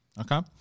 Okay